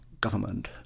government